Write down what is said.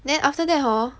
then after that hor